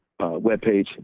webpage